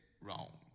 wrong